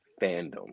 fandom